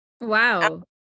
Wow